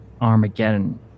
Armageddon